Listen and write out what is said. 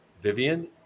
vivian